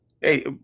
Hey